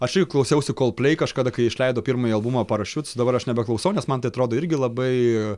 aš irgi klausiausi koldplei kažkada kai išleido pirmąjį albumą parašiuts dabar aš nebeklausau nes man tai atrodo irgi labai